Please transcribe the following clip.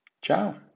Ciao